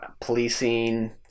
policing